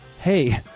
hey